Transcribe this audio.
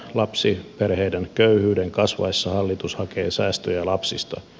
lapsiperheiden köyhyyden kasvaessa hallitus hakee säästöjä lapsista